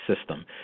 system